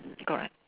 correct